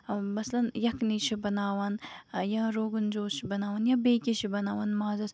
مَسلَن یَخنی چھِ بَناوان یا روگن جوش چھِ بَناوان یا بیٚیہِ کیاہ چھِ بَناوان مازَس